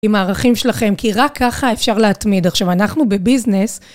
עם הערכים שלכם, כי רק ככה אפשר להתמיד. עכשיו, אנחנו בביזנס.